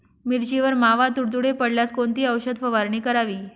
मिरचीवर मावा, तुडतुडे पडल्यास कोणती औषध फवारणी करावी?